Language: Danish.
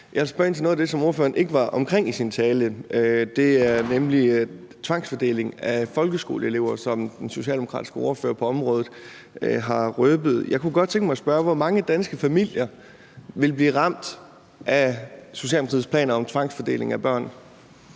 Jeg vil spørge ind til noget af det, som ordføreren ikke var omkring i sin tale, nemlig tvangsfordelingen af folkeskoleelever, som den socialdemokratiske ordfører på området har røbet noget om. Jeg kunne godt tænke mig at spørge: Hvor mange danske familier vil blive ramt af Socialdemokratiets planer om tvangsfordeling af børn?